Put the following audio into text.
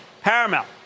Paramount